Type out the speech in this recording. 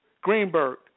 Greenberg